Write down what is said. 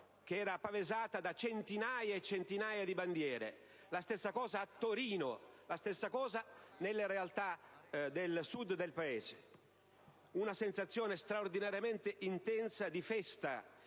Firenze, pavesata da centinaia e centinaia di bandiere; la stessa cosa a Torino e nelle realtà del Sud del Paese. Una sensazione straordinariamente intensa di festa,